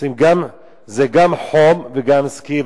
זה גם חום וגם סקי,